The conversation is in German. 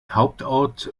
hauptort